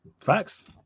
Facts